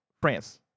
France